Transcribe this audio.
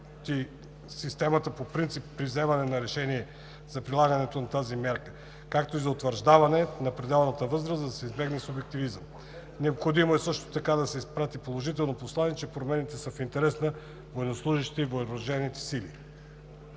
система от принципи при вземане на решение за прилагането на тази мярка, както и за удължаване на пределната възраст, за да се избегне субективизмът. Необходимо е също така да се изпрати положително послание, че промените са в интерес на военнослужещите и въоръжените сили.